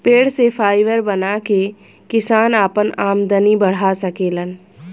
पेड़ से फाइबर बना के किसान आपन आमदनी बढ़ा सकेलन